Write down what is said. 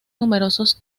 numerosos